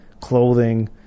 clothing